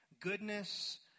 goodness